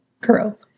girl